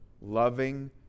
loving